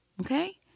okay